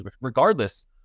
regardless